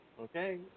Okay